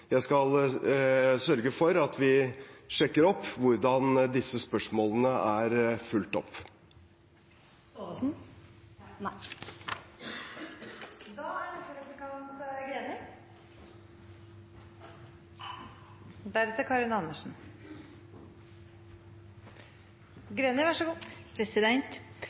Jeg skal sørge for at vi sjekker opp hvordan disse spørsmålene er fulgt opp. Som statsråden var inne på i innlegget, er